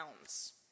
pounds